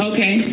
Okay